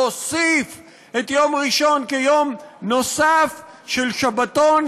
להוסיף את יום ראשון כיום נוסף של שבתון,